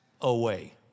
away